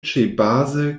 ĉebaze